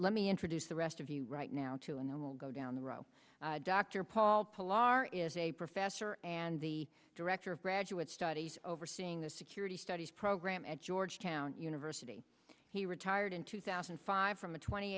let me introduce the rest of you right now to and then we'll go down the row dr paul pull are is a professor and the director of graduate studies overseeing the security studies program at georgetown university he retired in two thousand and five from a twenty